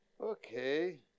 Okay